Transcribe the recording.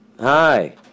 Hi